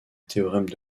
théorème